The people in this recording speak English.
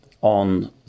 on